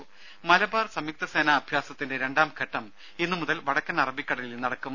രംഭ മലബാർ സംയുക്തസേനാ അഭ്യാസത്തിന്റെ രണ്ടാംഘട്ടം ഇന്നു മുതൽ വടക്കൻ അറബിക്കടലിൽ നടക്കും